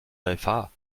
der